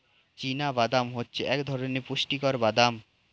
চীনা বাদাম হচ্ছে এক ধরণের পুষ্টিকর বাদাম